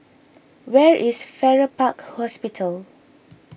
where is Farrer Park Hospital